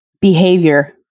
behavior